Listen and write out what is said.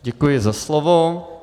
Děkuji za slovo.